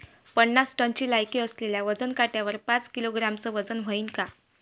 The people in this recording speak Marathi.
पन्नास टनची लायकी असलेल्या वजन काट्यावर पाच किलोग्रॅमचं वजन व्हईन का?